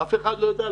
אף אחד לא יודע,